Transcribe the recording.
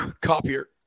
Copier